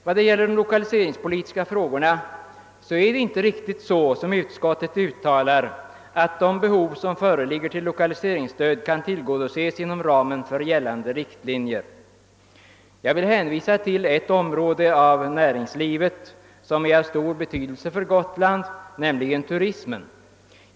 När det gäller de lokaliseringspolitiska frågorna är det inte riktigt, såsom utskottet uttalar, att de behov av lokaliseringsstöd som föreligger kan tillgodoses inom ramen för gällande riktlin jer. Jag vill hänvisa till ett område av näringslivet som är av stor betydelse för Gotland, nämligen turismen.